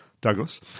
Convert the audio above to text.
Douglas